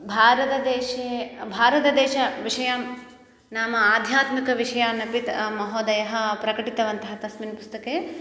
भारतदेशे भारतदेशविषयाः नाम आध्यात्मिकविषयानपि त् महोदयः प्रकटितवन्तः तस्मिन् पुस्तके